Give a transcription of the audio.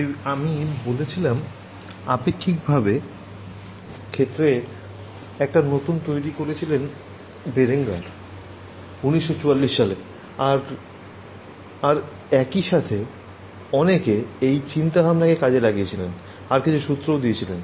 তাই আমি বলেছিলাম আপেক্ষিকভাবে ক্ষেত্রে একটা নতুন তৈরি করেছিলেন বেরেঙ্গার ১৯৯৪ সালে আর আর একইসাথে অনেকে এই ছিন্তাভাবনাকে কাজে লাগিয়েছিলেন আর কিছু সূত্রও দিয়েছিলেন